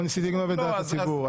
לא ניסיתי לגנוב את דעת הציבור.